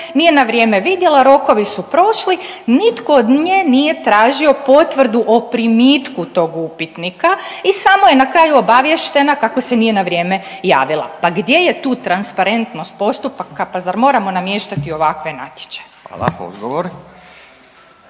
nije na vrijeme vidjela, rokovi su prošli, nitko od nje nije tražio potvrdu o primitku tog upitnika i samo je na kraju obaviještena kako se nije na vrijeme javila. Pa gdje je tu transparentnost postupaka, pa zar moramo namještati ovakve natječaje? **Radin,